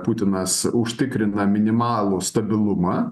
putinas užtikrina minimalų stabilumą